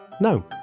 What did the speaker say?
No